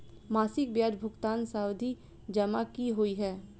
मासिक ब्याज भुगतान सावधि जमा की होइ है?